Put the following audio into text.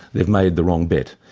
they've made the wrong bet.